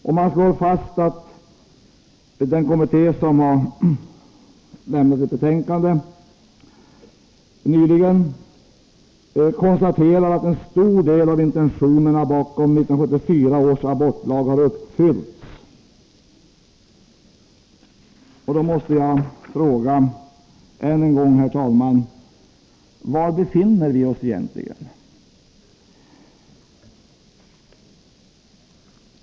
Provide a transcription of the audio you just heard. Den kommitté som nyligen har avlämnat sitt slutbetänkande konstaterar att en stor del av intentionerna bakom 1974 års abortlag har uppfyllts. Jag frågar, herr talman, än en gång: Var befinner vi oss egentligen?